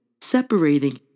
separating